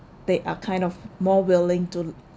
they are kind of more willing to